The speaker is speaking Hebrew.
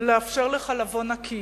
לאפשר לך לבוא נקי,